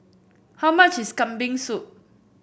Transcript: how much is Kambing Soup